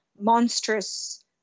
monstrous